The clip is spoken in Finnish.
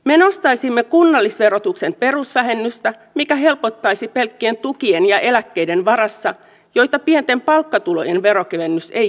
me nostaisimme kunnallisverotuksen perusvähennystä mikä helpottaisi pelkkien tukien ja eläkkeiden varassa eläviä joita pienten palkkatulojen veronkevennys ei koske